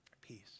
Peace